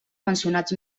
mencionats